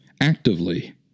actively